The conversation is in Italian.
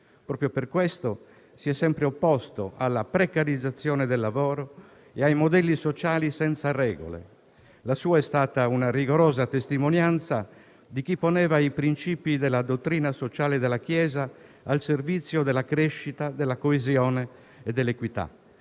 Proprio per questo si è sempre opposto alla precarizzazione del lavoro e ai modelli sociali senza regole. La sua è stata una rigorosa testimonianza di chi poneva i princìpi della dottrina sociale della Chiesa al servizio della crescita, della coesione e dell'equità.